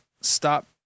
stop